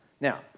Now